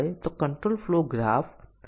જેમ આપણે ઉદાહરણો જોઈએ છીએ તે સ્પષ્ટ થવું જોઈએ